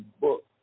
book